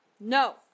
No